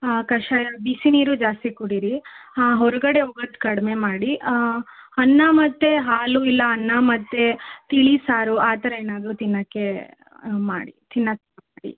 ಹಾಂ ಕಷಾಯ ಬಿಸಿ ನೀರು ಜಾಸ್ತಿ ಕುಡಿಯಿರಿ ಹಾಂ ಹೊರಗಡೆ ಹೋಗೋದು ಕಡಿಮೆ ಮಾಡಿ ಅನ್ನ ಮತ್ತು ಹಾಲು ಇಲ್ಲ ಅನ್ನ ಮತ್ತು ತಿಳಿಸಾರು ಆ ಥರ ಏನಾದರೂ ತಿನ್ನೋಕ್ಕೆ ಮಾಡಿ ತಿನ್ನೋಕ್ಕೆ ಮಾಡಿ